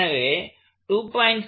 எனவே 2